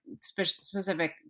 specific